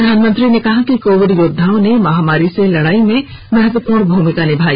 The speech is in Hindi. प्रधानमंत्री ने कहा कि कोविड योद्वाओं ने महामारी से लड़ाई में महत्वपूर्ण भूमिका निभाई